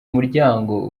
umuryango